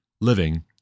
living